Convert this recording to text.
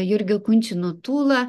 jurgio kunčino tūla